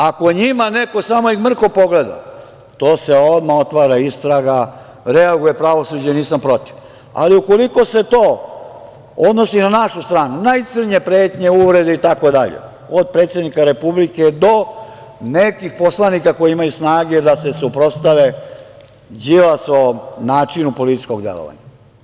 Ako njih neko samo mrko pogleda, to se odmah otvara istraga, reaguje pravosuđe i nisam protiv, ali ukoliko se to odnosi na našu stranu, najcrnje pretnje, uvrede itd, od predsednika Republike do nekih poslanika koji imaju snage da se suprotstave Đilasovom načinu političkog delovanja.